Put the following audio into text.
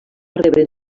rebre